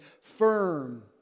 firm